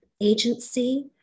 agency